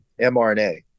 MRNA